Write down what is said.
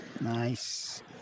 Nice